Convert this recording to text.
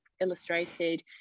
illustrated